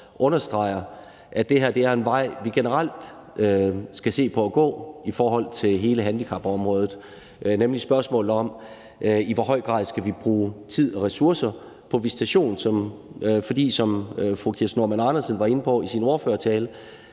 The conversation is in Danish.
understreger, at det her er en vej, vi generelt skal se på at gå i forhold til hele handicapområdet, nemlig med spørgsmålet om, i hvor høj grad vi skal bruge tid og ressourcer på visitation. For som fru Kirsten Normann Andersen var inde på i sin ordførertale,